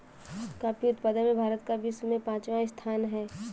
coffee उत्पादन में भारत का विश्व में पांचवा स्थान है